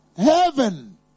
Heaven